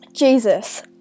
Jesus